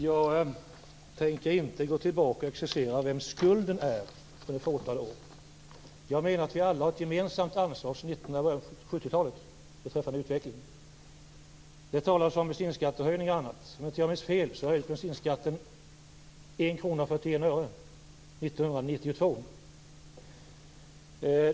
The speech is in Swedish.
Fru talman! Jag tänker inte exercera i vems skulden är. Vi har alla ett gemensamt ansvar sedan 1970 talet för utvecklingen. Det talas om bensinskattehöjningen och annat. Om jag inte minns fel höjdes bensinskatten med 1 kr 41 öre 1992.